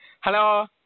Hello